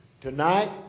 Tonight